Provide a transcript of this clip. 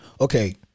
Okay